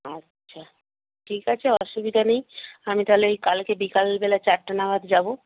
আচ্ছা ঠিক আছে অসুবিধা নেই আমি তাহলে ওই কালকে বিকেল বেলা চারটে নাগাদ যাব